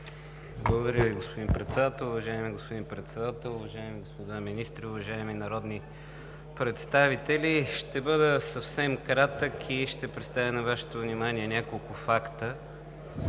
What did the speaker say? Благодаря Ви, господин Председател. Уважаеми господин Председател, уважаеми господа министри, уважаеми народни представители! Ще бъда съвсем кратък и ще представя на Вашето внимание няколко факта.